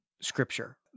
Scripture